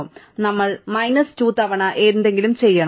അതിനാൽ നമ്മൾ മൈനസ് 2 തവണ എന്തെങ്കിലും ചെയ്യണം